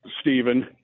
Stephen